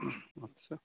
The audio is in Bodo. आच्चा